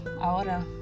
ahora